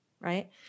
Right